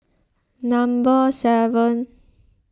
number seven